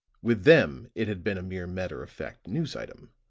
with them it had been a mere matter-of-fact news item,